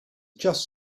just